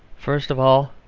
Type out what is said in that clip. first of all,